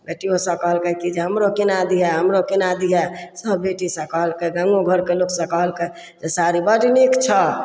बेटियो सभ कहलकै कि जे हमरो किना दिहेँ हमरो किना दिहेँ सभ बेटी सभ कहलकै गाँवो घरके लोक सभ कहलकै जे साड़ी बड्ड नीक छह